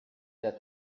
that